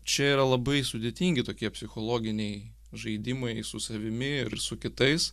čia yra labai sudėtingi tokie psichologiniai žaidimai su savimi ir su kitais